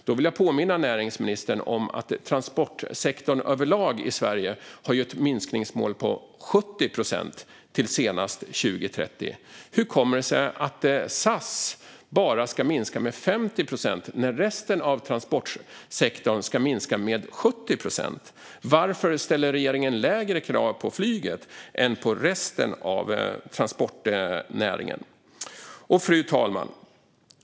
Jag vill påminna näringsministern om att transportsektorn överlag i Sverige har ett minskningsmål på 70 procent till senast 2030. Hur kommer det sig att SAS bara ska minska sina koldioxidutsläpp med 50 procent när resten av transportsektorn ska minska dem med 70 procent? Varför ställer regeringen lägre krav på flyget än på resten av transportnäringen? Fru talman!